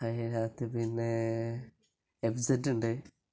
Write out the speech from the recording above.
അതിനകത്ത് പിന്നെ എഫ് സെണ്ടുണ്ട്